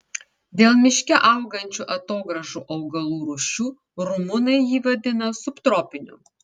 dėl miške augančių atogrąžų augalų rūšių rumunai jį vadina subtropiniu